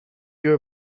your